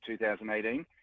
2018